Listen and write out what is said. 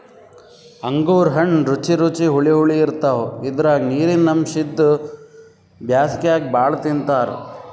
ಅಂಗೂರ್ ಹಣ್ಣ್ ರುಚಿ ರುಚಿ ಹುಳಿ ಹುಳಿ ಇರ್ತವ್ ಇದ್ರಾಗ್ ನೀರಿನ್ ಅಂಶ್ ಇದ್ದು ಬ್ಯಾಸ್ಗ್ಯಾಗ್ ಭಾಳ್ ತಿಂತಾರ್